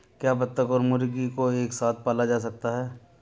क्या बत्तख और मुर्गी को एक साथ पाला जा सकता है?